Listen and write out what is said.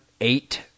Eight